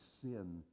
sin